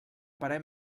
parer